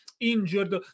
injured